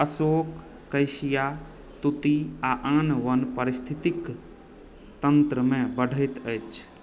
Ashok cassia तूति आ आन वन पारिस्थितिकी तन्त्रमे बढ़ैत अछि